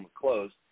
closed